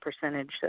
percentage